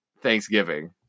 Thanksgiving